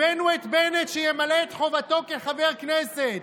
הבאנו את בנט שימלא את חובתו כחבר כנסת.